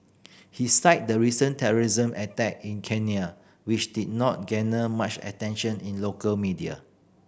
he cited the recent terrorism attack in Kenya which did not garner much attention in local media